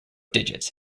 digits